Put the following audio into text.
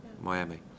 Miami